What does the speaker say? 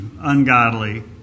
ungodly